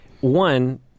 one